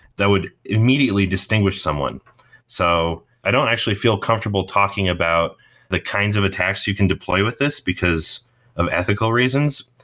that would immediately distinguish someone so i don't actually feel comfortable talking about the kinds of attacks you can deploy with this, because of ethical reasons,